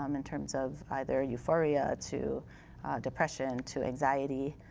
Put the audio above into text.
um in terms of either euphoria to depression to anxiety.